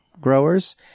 growers